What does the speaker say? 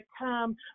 come